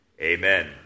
Amen